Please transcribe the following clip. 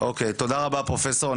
תודה רבה פרופסור.